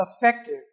effective